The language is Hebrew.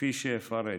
כפי שאפרט.